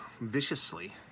viciously